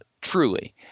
truly